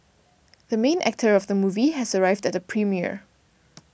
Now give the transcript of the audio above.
the main actor of the movie has arrived at the premiere